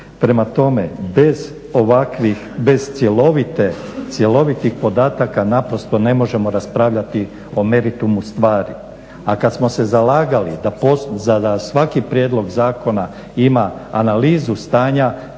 Prema tome, bez cjelovitih podataka naprosto ne možemo raspravljati o meritumu stvari. A kad smo se zalagali da za svaki prijedlog zakona ima analizu stanja